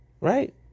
right